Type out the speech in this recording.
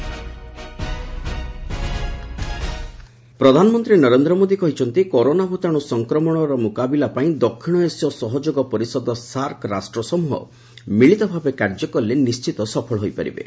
PM SAARC ପ୍ରଧାନମନ୍ତ୍ରୀ ନରେନ୍ଦ୍ର ମୋଦି କହିଛନ୍ତି corona ଭୂତାଣୁ ସଂକ୍ରମଣର ମୁକାବିଲା ପାଇଁ ଦକ୍ଷିଣ ଏସୀୟ ସହଯୋଗ ପରିଷଦ ସାର୍କ ରାଷ୍ଟ୍ରସମ୍ବହ ମିଳିତ ଭାବେ କାର୍ଯ୍ୟ କଲେ ନିର୍ଣ୍ଣିତ ସଫଳ ହୋଇପାରିବେ